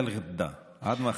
(אומר במרוקאית ומתרגם:) עד מחר.